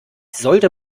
sollte